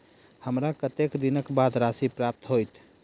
हमरा कत्तेक दिनक बाद राशि प्राप्त होइत?